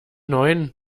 neuen